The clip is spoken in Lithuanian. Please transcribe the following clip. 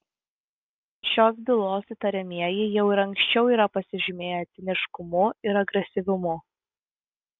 šios bylos įtariamieji jau ir anksčiau yra pasižymėję ciniškumu ir agresyvumu